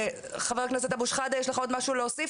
חבר הכנסת אבו שחאדה יש לך עוד משהו להוסיף,